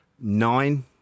nine